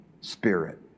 Spirit